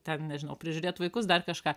ten nežinau prižiūrėt vaikus dar kažką